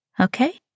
Okay